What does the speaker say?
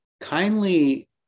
Kindly